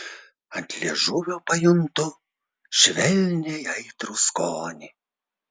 ant liežuvio pajuntu švelniai aitrų skonį